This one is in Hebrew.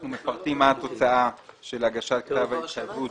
אנחנו מפרטים מה התוצאה של הגשת כתב ההתחייבות